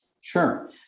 Sure